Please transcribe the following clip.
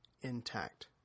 intact